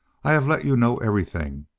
i have let you know everything.